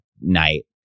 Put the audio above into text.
night